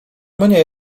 mnie